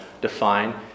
define